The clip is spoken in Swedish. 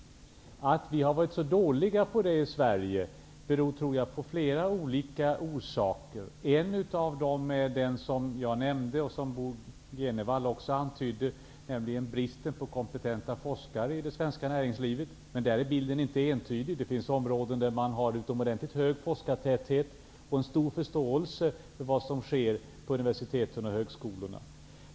Att vi har varit så dåliga på det i Sverige har, tror jag, flera orsaker. En av dem är den som jag nämnde och som Bo G Jenevall också antydde, nämligen bristen på kompetenta forskare i det svenska näringslivet. Men där är bilden inte entydig. Det finns områden med utomordentligt hög forskartäthet och stor förståelse för vad som sker på universiteten och högskolorna.